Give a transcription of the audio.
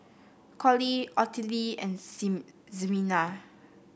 Collie Ottilie and Ximena